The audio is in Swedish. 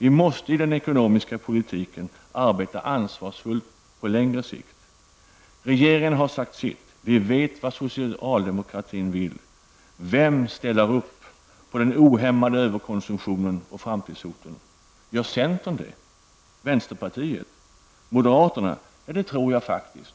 Vi måste i den ekonomiska politiken också arbeta ansvarsfullt på längre sikt. Regeringen har sagt sitt. Vi vet vad socialdemokratin vill! Men vem ställer upp på den ohämmade överkonsumtionen och på framtidshoten? Gör centern det? Gör vänsterpartiet det? Gör moderaterna det -- ja, det tror jag faktiskt?